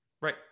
Right